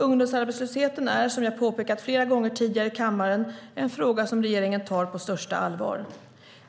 Ungdomsarbetslösheten är, som jag påpekat flera gånger tidigare i kammaren, en fråga som regeringen tar på största allvar.